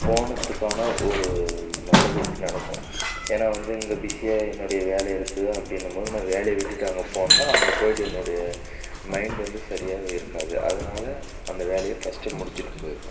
போனதுக்கான ஒரு நல்லது நடக்கும் ஏன்னால் வந்து இங்கே பிஸியாக என்னுடைய வேலை இருக்குது அப்படின்ன போது நான் வேலையை விட்டுவிட்டு அங்கே போனேனா அங்கே போயிட்டு என்னுடைய மைன்டு வந்து சரியாகவே இருக்காது அதனாலே அந்த வேலையை ஃபர்ஸ்ட்டு முடிச்சுட்டு போயிடுவேன்